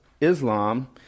Islam